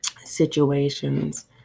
situations